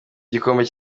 igikombe